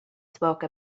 spoke